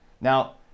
Now